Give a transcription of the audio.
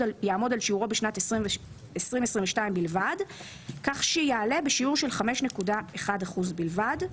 על שיעורו בשנת 2022 בלבד כך שיעלה בשיעור של 5.1% בלבד.